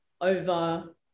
over